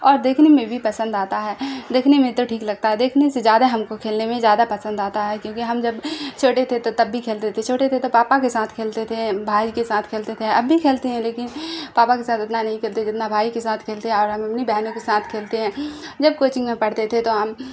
اور دیکھنے میں بھی پسند آتا ہے دیکھنے میں تو ٹھیک لگتا ہے دیکھنے سے زیادہ ہم کو کھیلنے میں زیادہ پسند آتا ہے کیونکہ ہم جب چھوٹے تھے تو تب بھی کھیلتے تھے چھوٹے تھے تو پاپا کے ساتھ کھیلتے تھے بھائی کے ساتھ کھیلتے تھے اب بھی کھیلتے ہیں لیکن پاپا کے ساتھ اتنا نہیں کھیلتے جتنا بھائی کے ساتھ کھیلتے ہیں اور ہم اپنی بہنوں کے ساتھ کھیلتے ہیں جب کوچنگ میں پڑھتے تھے تو ہم